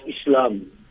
Islam